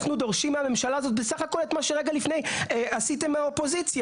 אנחנו דורשים מהממשלה הזאת בסך הכול את מה שרגע לפני עשיתם באופוזיציה.